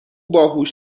باهوش